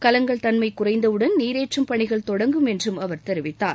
கலங்கல் தன்மை குறைந்தவுடன் நீரேற்றும் பணிகள் தொடங்கும் என்றும் அவர் தெரிவித்தார்